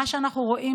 מה שאנחנו רואים,